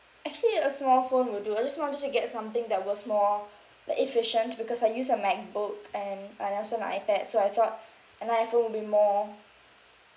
actually a small phone would do I just wanted to get something that works more like efficient because I use a macbook and and also an ipad so I thought an iphone would be more